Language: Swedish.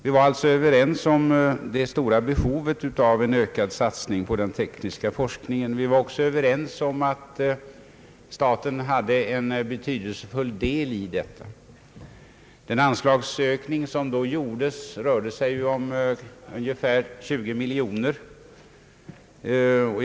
Vi var alltså överens om det stora behovet av en ökad satsning på den tekniska forskningen. Vi var också överens om att staten har en betydande del av ansvaret för denna forskning. Den anslagsökning som då begärdes rörde sig om ungefär 20 miljoner kronor.